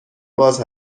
باز